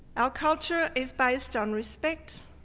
our culture is based on respect,